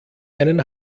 einen